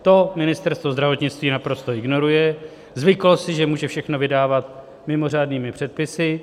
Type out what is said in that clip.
To Ministerstvo zdravotnictví naprosto ignoruje, zvyklo si, že může všechno vydávat mimořádnými předpisy.